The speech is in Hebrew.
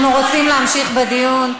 אנחנו רוצים להמשיך בדיון.